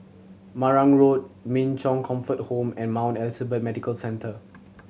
Marang Road Min Chong Comfort Home and Mount Elizabeth Medical Centre